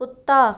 कुत्ता